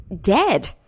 dead